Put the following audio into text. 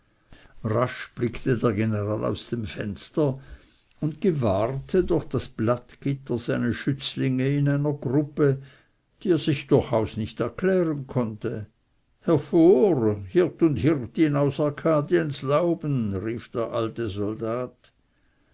rasch blickte der general aus dem fenster und gewahrte durch das blattgitter seine schützlinge in einer gruppe die er sich durchaus nicht erklären konnte hervor hirt und hirtin aus arkadiens lauben rief der alte soldat